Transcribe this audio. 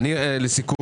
אני רוצה לומר לסיכום.